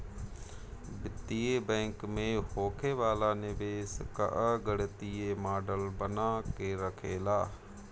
वित्तीय बैंक में होखे वाला निवेश कअ गणितीय मॉडल बना के रखेला